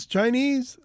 Chinese